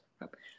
rubbish